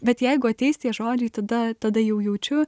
bet jeigu ateis tie žodžiai tada tada jau jaučiu